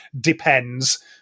depends